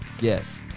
Yes